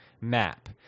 map